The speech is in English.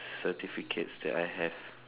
certificates that I have